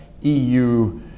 EU